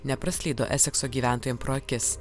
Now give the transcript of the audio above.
nepraslydo esekso gyventojam pro akis